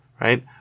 Right